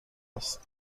است